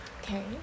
okay